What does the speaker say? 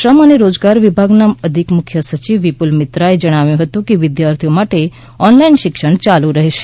શ્રમ અને રોજગાર વિભાગના અધિક મુખ્ય સચિવ વિપુલ મિત્રાએ જણાવ્યું હતું કે વિદ્યાર્થીઓ માટે ઓનલાઈન શિક્ષણ યાલુ રહેશે